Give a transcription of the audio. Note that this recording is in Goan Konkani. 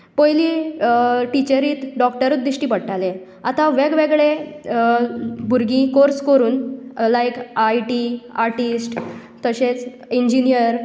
पयलीं टिचरी डॉकटरूच दिश्टी पडटाले आतां वेग वेगळे भुरगीं कोर्स करून लायक आय टी आर्टीस्ट तशेच इंजिनियर